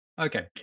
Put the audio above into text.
okay